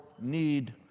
need